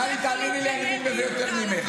טלי, אני מבין בזה יותר ממך.